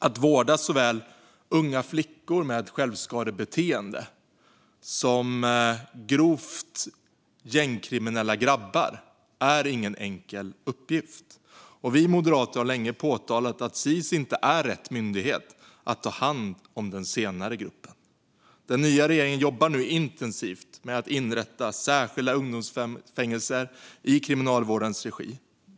Att vårda såväl unga flickor med självskadebeteenden som grovt gängkriminella grabbar är ingen enkel uppgift. Vi moderater har länge påtalat att Sis inte är rätt myndighet att ta hand om den senare gruppen. Den nya regeringen jobbar nu intensivt med att inrätta särskilda ungdomsfängelser i Kriminalvårdens regi.